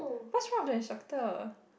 what's wrong with the instructor